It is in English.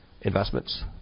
investments